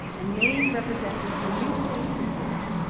a name representing a new face of yale,